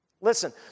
Listen